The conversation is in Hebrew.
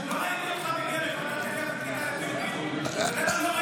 לא ראיתי אותך מגיע לוועדת העלייה והקליטה,